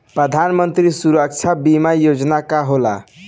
प्रधानमंत्री सुरक्षा बीमा योजना का होला?